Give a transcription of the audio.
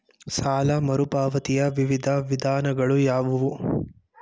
ಸಾಲ ಮರುಪಾವತಿಯ ವಿವಿಧ ವಿಧಾನಗಳು ಯಾವುವು?